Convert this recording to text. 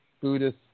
Buddhist